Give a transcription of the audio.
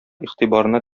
игътибарына